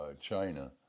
China